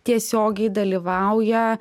tiesiogiai dalyvauja